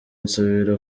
nsubira